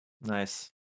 Nice